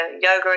Yoga